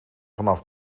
vanaf